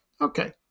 Okay